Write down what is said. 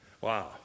Wow